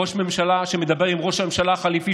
ראש ממשלה שמדבר עם ראש הממשלה החליפי,